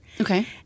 okay